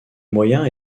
moyens